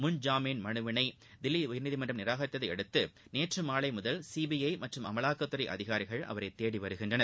முன்ஜாமீன் மனுவினை தில்லி உயர்நீதிமன்றம் நிராகரித்ததையடுத்து நேற்று மாலை முதல் சிபிஐ மற்றும் அமலாக்கத்துறை அதிகாரிகள் அவரை தேடிவருகின்றனர்